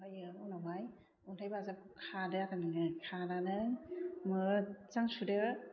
ओमफायो उनाव हाय अन्थाइ बाजाब खादो आरो नोङो खानानै मोजां सुदो